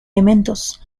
elementos